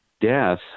death